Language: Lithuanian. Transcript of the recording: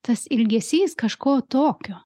tas ilgesys kažko tokio